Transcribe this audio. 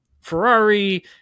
Ferrari